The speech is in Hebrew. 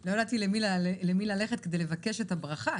ולא ידעתי למי ללכת כדי לבקש את הברכה,